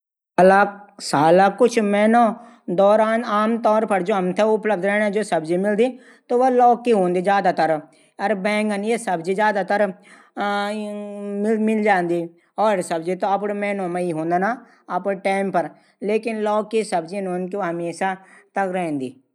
सालों कुछ महीनों मा दौरान आमतौर पर जू सब्जी उपलब्ध रैंदी व लोकी हूदी ऊ ज्यादातर। और बैंगन भी मिल जांदू और सब्जी त अपडू मैनो मा ही हूदन ना। लेकिन लौकी सब्जी हमेशा तक रैंदी।